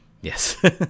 Yes